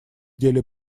деле